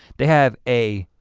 they have a